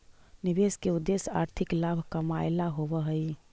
निवेश के उद्देश्य आर्थिक लाभ कमाएला होवऽ हई